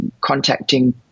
contacting